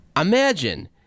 Imagine